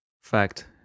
Fact